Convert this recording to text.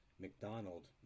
McDonald